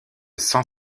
sans